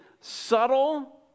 subtle